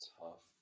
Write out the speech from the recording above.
tough